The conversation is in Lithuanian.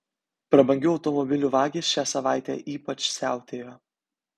prabangių automobilių vagys šią savaitę ypač siautėjo